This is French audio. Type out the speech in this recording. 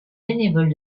bénévoles